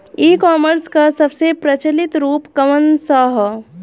ई कॉमर्स क सबसे प्रचलित रूप कवन सा ह?